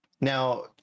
Now